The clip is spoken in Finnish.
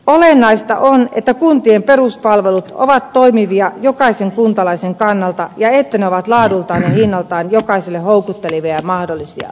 olennaista on että kuntien peruspalvelut ovat toimivia jokaisen kuntalaisen kannalta ja että ne ovat laadultaan ja hinnaltaan jokaiselle houkuttelevia ja mahdollisia